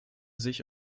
sich